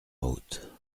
route